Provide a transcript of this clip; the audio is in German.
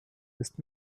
ist